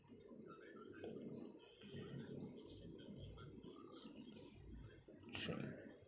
true